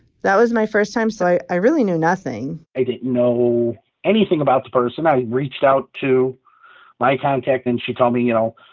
that was my first time, so i really knew nothing i didn't know anything about the person. i reached out to my contact, and she told me, you know,